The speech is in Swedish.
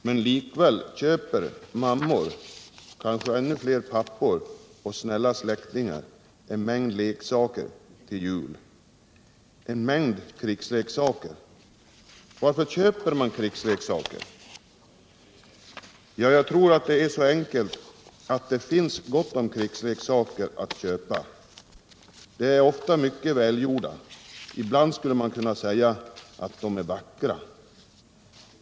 Men likväl köper mammor, kanske ännu fler pappor och snälla släktingar, en mängd leksaker till jul — en mängd krigsleksaker. Varför köper man krigsleksaker? Ja, jag tror det är så enkelt att det finns gott om krigsleksaker att köpa. De är ofta mycket välgjorda — ibland skulle man kunna säga att de är vackra.